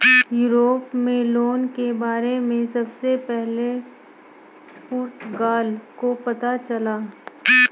Europe में loan के बारे में सबसे पहले पुर्तगाल को पता चला